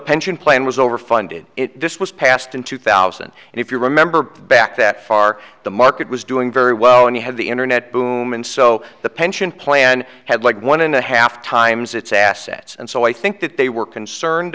pension plan was over funded it just was passed in two thousand and if you remember back that far the market was doing very well and you had the internet boom and so the pension plan had like one and a half times its assets and so i think that they were concerned